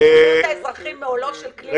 ותפטור את האזרחים מעולו של כלי זה.